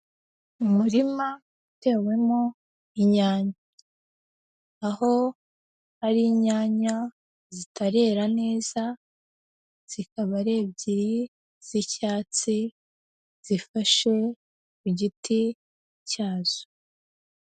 Umurima utewemo inyanya; aho ari inyanya zitarera neza, zikaba ari ebyiri z'icyatsi zifashe ku igiti cyazo.